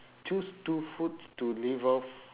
choose two foods to live off